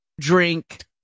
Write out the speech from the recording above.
drink